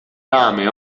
rame